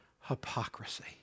hypocrisy